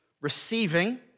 receiving